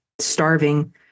starving